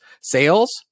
Sales